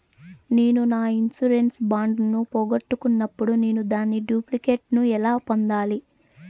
నేను నా insurance bond ను పోగొట్టుకున్నప్పుడు నేను దాని డూప్లికేట్ ను ఎలా పొందాలి?